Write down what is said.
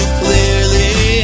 clearly